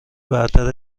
برتر